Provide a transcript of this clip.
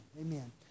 amen